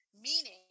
meaning